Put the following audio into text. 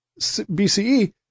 BCE